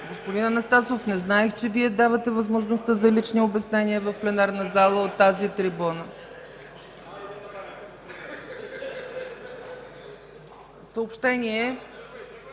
Господин Анастасов, не знаех, че Вие давате възможността за лични обяснения в пленарната зала от тази трибуна. (Реплики.